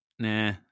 Nah